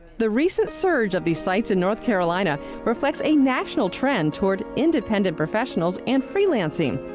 the recent surge of these sites in north carolina reflects a national trend toward independent professionals and freelancing.